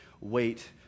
Wait